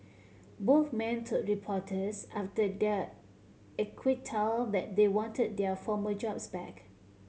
both men told reporters after their acquittal that they wanted their former jobs back